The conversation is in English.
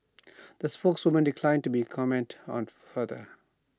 the spokeswoman declined to comment on the further